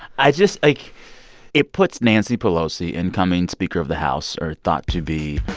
i just, like it puts nancy pelosi, incoming speaker of the house, or thought to be,